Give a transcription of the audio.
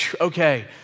okay